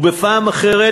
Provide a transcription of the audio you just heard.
ובפעם אחרת,